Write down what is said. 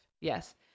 Yes